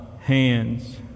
hands